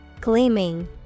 Gleaming